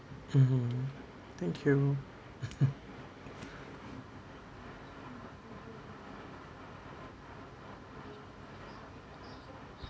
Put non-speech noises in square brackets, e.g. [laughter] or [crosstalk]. mm thank you [laughs]